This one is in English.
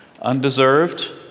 Undeserved